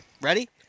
ready